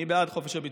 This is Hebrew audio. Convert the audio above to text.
אני בעד חופש הביטוי,